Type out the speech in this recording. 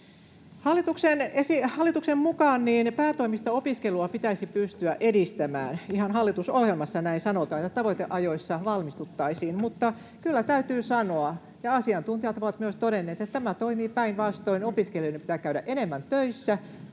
Hallituksen mukaan päätoimista opiskelua pitäisi pystyä edistämään, ihan hallitusohjelmassa näin sanotaan, että tavoiteajoissa valmistuttaisiin, mutta kyllä täytyy sanoa ja asiantuntijat ovat myös todenneet, että tämä toimii päinvastoin: opiskelijoiden pitää käydä enemmän töissä,